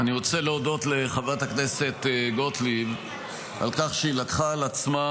אני רוצה להודות לחברת הכנסת גוטליב על כך שהיא לקחה על עצמה